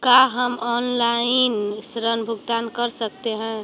का हम आनलाइन ऋण भुगतान कर सकते हैं?